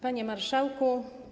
Panie Marszałku!